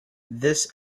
this